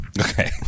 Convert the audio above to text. Okay